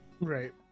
Right